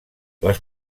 les